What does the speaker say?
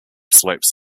slopes